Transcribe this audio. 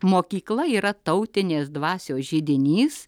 mokykla yra tautinės dvasios židinys